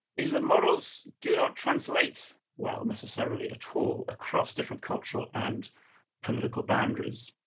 is that models do not translate well, necessarily, at all across different cultural and political boundaries.